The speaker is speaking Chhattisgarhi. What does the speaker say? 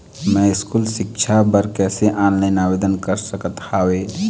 मैं स्कूल सिक्छा बर कैसे ऑनलाइन आवेदन कर सकत हावे?